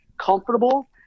comfortable